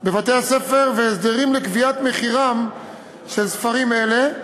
בבתי-הספר והסדרים לקביעת מחירם של ספרים אלה,